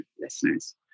listeners